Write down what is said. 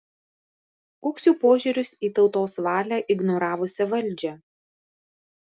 koks jų požiūris į tautos valią ignoravusią valdžią